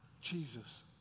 Jesus